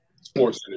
sports